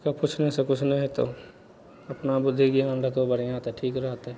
तब पुछनेसँ किछु नहि हेतौ अपना बुद्धि ज्ञान रहतहु जऽरमे तऽ ठीक रहतौ